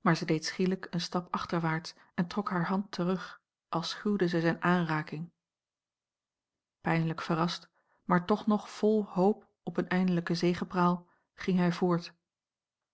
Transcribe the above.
maar zij deed schielijk een stap achterwaarts en trok hare hand terug als schuwde zij zijne aanraking pijnlijk a l g bosboom-toussaint langs een omweg verrast maar toch nog vol hoop op eene eindelijke zegepraal ging hij voort